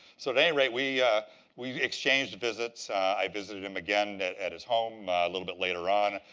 so at any rate, we we exchanged visits. i visited him again at at his home a little bit later on.